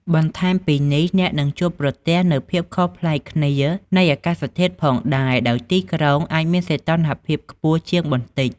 បន្ថែមពីនេះ អ្នកនឹងជួបប្រទះនូវភាពខុសប្លែកគ្នានៃអាកាសធាតុផងដែរដោយទីក្រុងអាចមានសីតុណ្ហភាពខ្ពស់ជាងបន្តិច។